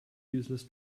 useless